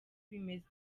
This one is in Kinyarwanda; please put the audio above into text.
bimeze